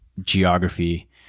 geography